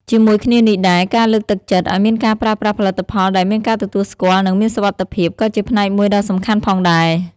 ជាមួយគ្នានេះដែរ ការលើកទឹកចិត្តឱ្យមានការប្រើប្រាស់ផលិតផលដែលមានការទទួលស្គាល់ និងមានសុវត្ថិភាព ក៏ជាផ្នែកមួយដ៏សំខាន់ផងដែរ។